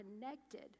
connected